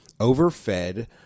overfed